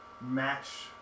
match